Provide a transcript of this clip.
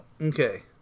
Okay